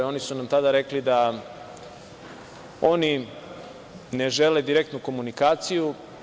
Oni su nam tada rekli da oni ne žele direktnu komunikaciju.